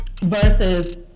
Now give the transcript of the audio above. Versus